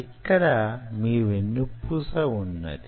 ఇక్కడ మీ వెన్నుపూస వున్నది